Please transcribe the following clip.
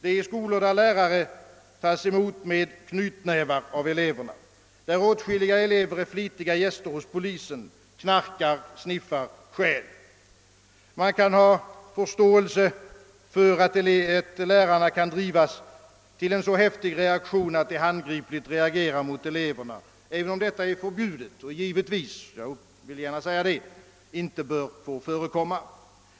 Det är skolor, där lärare tas emot med knytnävar av eleverna och där åtskilliga elever är flitiga gäster hos polisen, elever som knarkar, sniffar och stjäl. Man kan ha förståelse för att lärarna kan drivas till en så kraftig reaktion, att de reagerar handgripligt mot eleverna, även om detta är förbjudet och, jag vill gärna säga det, givetvis inte bör få förekomma.